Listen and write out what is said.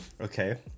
Okay